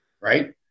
Right